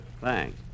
Thanks